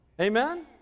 Amen